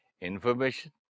information